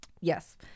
Yes